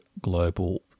global